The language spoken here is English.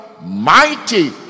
Mighty